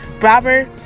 Robert